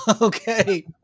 Okay